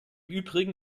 übrigen